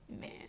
Man